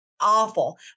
awful